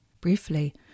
Briefly